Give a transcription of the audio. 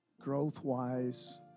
growth-wise